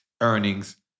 earnings